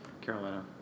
Carolina